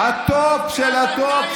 מה זה אומר,